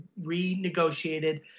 renegotiated